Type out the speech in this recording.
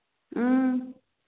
ꯎꯝ